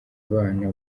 abana